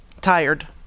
tired